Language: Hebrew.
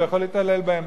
הוא יכול להתעלל בהם.